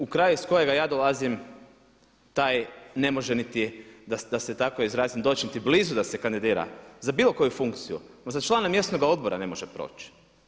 U kraju iz kojega ja dolazim taj ne može niti da se tako izrazim doći ni blizu da se kandidira za bilo koju funkciju, ni za člana mjesnoga odbora ne može proći.